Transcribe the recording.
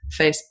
Facebook